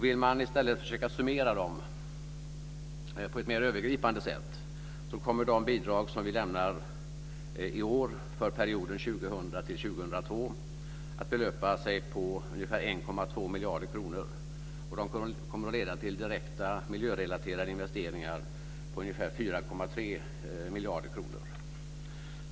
Vill man i stället försöka summera dem på ett mer övergripande sätt kommer de bidrag som vi lämnar i år för perioden 2000-2002 att belöpa sig till ungefär 1,2 miljarder kronor. Dessa pengar kommer att leda till direkta, miljörelaterade investeringar på ungefär 4,3 miljarder kronor.